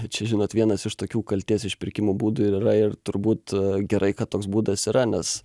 čia žinot vienas iš tokių kaltės išpirkimo būdų ir yra ir turbūt gerai kad toks būdas yra nes